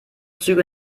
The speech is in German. züge